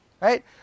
right